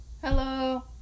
Hello